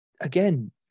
again